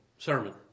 Sermon